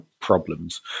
problems